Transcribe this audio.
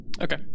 Okay